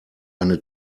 eine